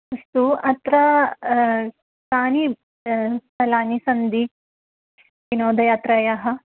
अस्तु अत्र कानि स्थलानि सन्ति विनोदयात्रायाः